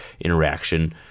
interaction